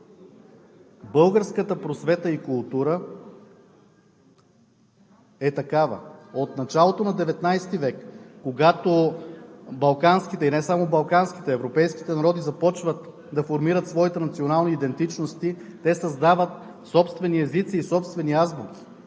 Българската просвета и култура е такава. От началото на XIX век, когато балканските и не само балканските, европейските народи започват да формират своите национални идентичности, те създават собствени езици и собствени азбуки.